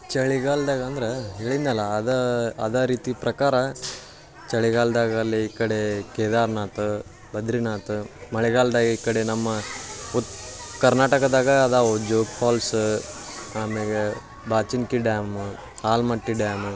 ಚಳಿಗಾಲದಾಗ ಅಂದ್ರೆ ಹೇಳಿದೆನಲ್ಲ ಅದು ಅದೇ ರೀತಿ ಪ್ರಕಾರ ಚಳಿಗಾಲ್ದಾಗ ಅಲ್ಲಿ ಈ ಕಡೆ ಕೇದಾರನಾಥ ಬದರಿನಾಥ ಮಳೆಗಾಲ್ದಾಗ ಈ ಕಡೆ ನಮ್ಮ ಉತ್ರ್ ಕರ್ನಾಟಕದಾಗ ಅದಾವು ಜೋಗ್ ಫಾಲ್ಸ ಆಮ್ಯಾಲ ಬಾಚನಕಿ ಡ್ಯಾಮ ಆಲಮಟ್ಟಿ ಡ್ಯಾಮ